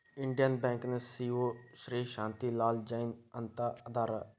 Indian ಬ್ಯಾಂಕಿನ CEO Shri Shanti Lal Jain ಅಂತ ಅದಾರ